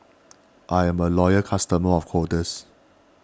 I am a loyal customer of Kordel's